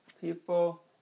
people